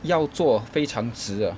要坐非常直 ah